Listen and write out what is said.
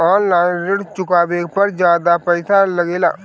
आन line ऋण चुकावे पर ज्यादा पईसा लगेला?